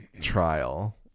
trial